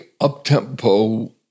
up-tempo